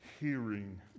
hearing